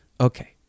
Okay